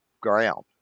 ground